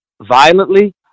violently